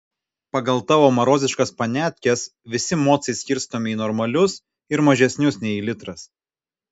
pagal tavo maroziškas paniatkes visi mocai skirstomi į normalius ir mažesnius nei litras